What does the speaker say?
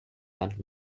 land